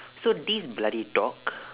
so this bloody dog